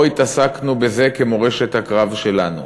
לא התעסקנו בזה כמורשת הקרב שלנו.